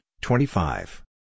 twenty-five